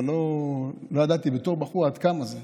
אבל לא ידעתי בתור בחור עד כמה זה.